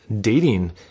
dating